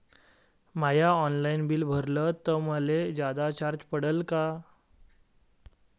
म्या online bill भरलं तर मले जादा चार्ज पडन का?